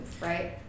right